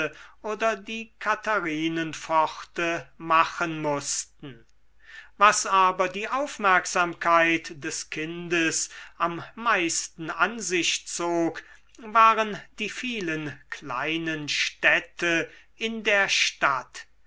oder die katharinenpforte machen mußten was aber die aufmerksamkeit des kindes am meisten an sich zog waren die vielen kleinen städte in der stadt